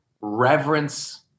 reverence